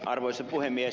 arvoisa puhemies